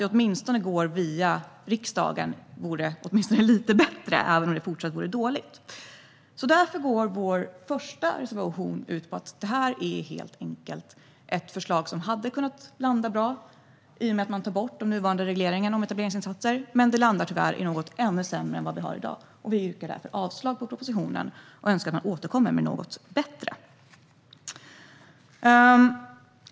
Det vore lite bättre om det åtminstone kunde gå via riksdagen, även om det fortfarande vore dåligt. Därför går vår första reservation ut på att detta är ett förslag som hade kunnat landa bra i och med att man tar bort de nuvarande regleringarna när det gäller etableringsinsatser men som tyvärr landar i något som är ännu sämre än det vi har i dag. Vi yrkar därför avslag på propositionen och önskar att man återkommer med något bättre.